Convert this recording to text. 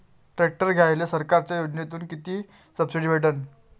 Tractor घ्यायले सरकारच्या योजनेतून किती सबसिडी भेटन?